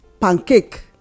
pancake